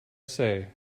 say